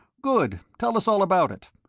good. tell us all about it.